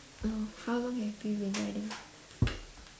oh how long have you been riding